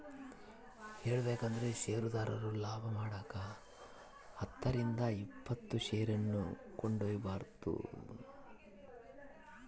ಹೇಳಬೇಕಂದ್ರ ಷೇರುದಾರರು ಲಾಭಮಾಡಕ ಹತ್ತರಿಂದ ಇಪ್ಪತ್ತು ಷೇರನ್ನು ಕೊಂಡುಕೊಂಬ್ತಾರ